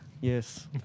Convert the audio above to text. Yes